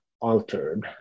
altered